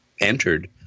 entered